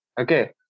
okay